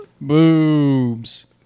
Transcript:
boobs